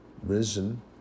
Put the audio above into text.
risen